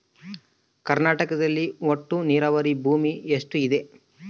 ಕರ್ನಾಟಕದಲ್ಲಿ ಒಟ್ಟು ನೇರಾವರಿ ಭೂಮಿ ಎಷ್ಟು ಇದೆ?